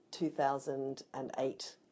2008